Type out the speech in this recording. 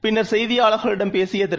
பின்னர்செய்தியாளர்களிடம்பேசியதிரு